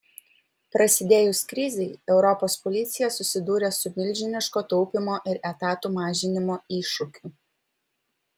prasidėjus krizei europos policija susidūrė su milžiniško taupymo ir etatų mažinimo iššūkiu